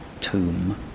tomb